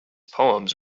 poems